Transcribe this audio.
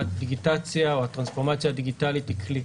הדיגיטציה או הטרנספורמציה הדיגיטלית היא כלי.